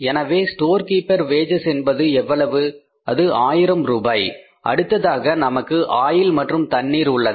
எனவே store keeper wages என்பது எவ்வளவு அது ஆயிரம் ரூபாய் அடுத்ததாக நமக்கு ஆயில் மற்றும் தண்ணீர் உள்ளது